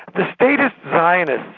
the statist zionists,